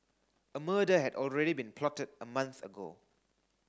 a murder had already been plotted a month ago